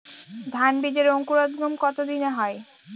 ধান বীজের অঙ্কুরোদগম কত দিনে হয়?